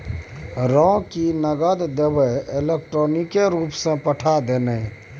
रौ की नगद देबेय इलेक्ट्रॉनिके रूपसँ पठा दे ने